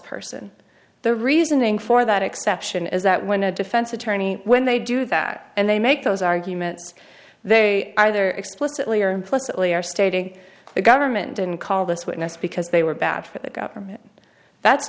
person the reasoning for that exception is that when a defense attorney when they do that and they make those arguments they either explicitly or pleasantly are stating the government didn't call this witness because they were bad for the government that's